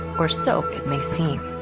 or so it may seem.